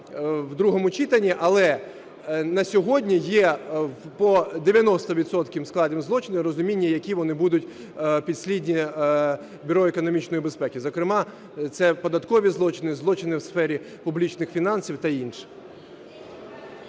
в другому читанні, але на сьогодні є по 90 відсоткам складу злочинів розуміння, які вони будуть підслідні в Бюро економічної безпеки. Зокрема, це податкові злочини, злочини в сфері публічних фінансів та інше.